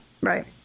Right